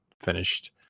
finished